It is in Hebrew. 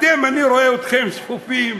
אני רואה אתכם שפופים,